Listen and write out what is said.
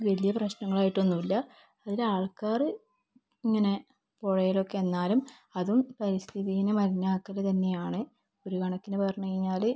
വലിയ പ്രശ്നനങ്ങളായിട്ടൊന്നുമില്ല അതിലാൾക്കാർ ഇങ്ങനെ പുഴയിലൊക്കെ എന്നാലും അതും പരിസ്ഥിതിയെ മലിനമാക്കൽ തന്നെയാണ് ഒരു കണക്കിന് പറഞ്ഞു കഴിഞ്ഞാൽ